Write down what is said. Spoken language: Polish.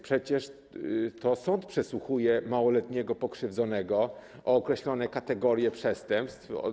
Przecież to sąd przesłuchuje małoletniego pokrzywdzonego w sprawie o określone kategorie przestępstw.